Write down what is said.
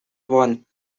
one